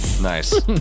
Nice